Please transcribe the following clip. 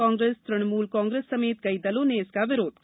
कांग्रेस मृणमुल कांग्रेस सहित कई दलों ने इसका विरोध किया